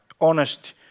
honest